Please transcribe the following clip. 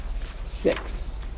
six